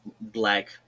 black